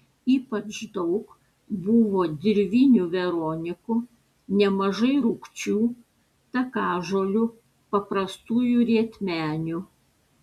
ypač daug buvo dirvinių veronikų nemažai rūgčių takažolių paprastųjų rietmenių